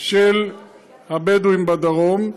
של הבדואים בדרום,